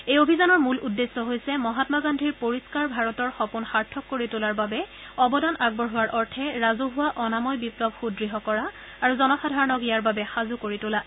এই অভিযানৰ মূল উদ্দেশ্য হৈছে 'মহাম্মা গান্ধীৰ পৰিহ্বাৰ ভাৰতৰ সপোন সাৰ্থক কৰি তোলাৰ বাবে অৱদান আগবঢ়োৱাৰ অৰ্থে ৰাজহুৱা অনাময় বিপ্লৱ সূদ্য় কৰা আৰু জনসাধাৰণক ইয়াৰ বাবে সাজূ কৰি তোলা